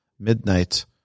Midnight